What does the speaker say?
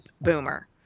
boomer